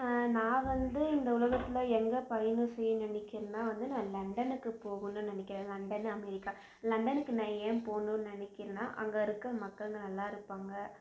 நான் வந்து இந்த உலகத்தில் எங்கள் பயணம் செய்ய நினைக்கிறனா வந்து நான் லண்டனுக்கு போகணுன்னு நினைக்கிறேன் லண்டன் அமெரிக்கா லண்டனுக்கு நான் ஏன் போணுன்னு நெனைக்கிறேனா அங்கே இருக்க மக்கள் நல்லாயிருப்பாங்க